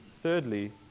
Thirdly